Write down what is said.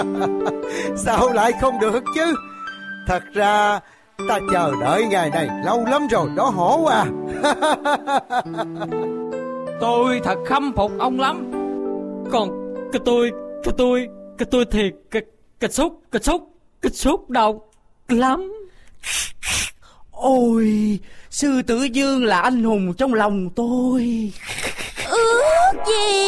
Sao lại không được chứ? Thật ra, ta chờ đợi ngày này lâu lắm rồi, đó hổ à. Tôi thật khâm phục ông lắm. Còn cái tôi, cái tôi, cái tôi thì cái- cái xúc, cái xúc, cái xúc đau lắm. Ôi, Sư Tử Vương là anh hùng trong lòng tôi. Ước gì